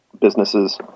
businesses